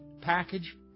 package